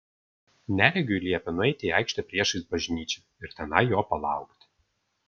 neregiui liepė nueiti į aikštę priešais bažnyčią ir tenai jo palaukti